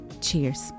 Cheers